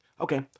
Okay